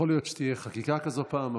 יכול להיות שתהיה חקיקה כזאת פעם,